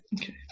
Okay